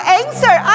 answer